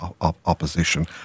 opposition